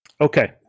Okay